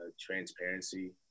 transparency